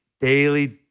daily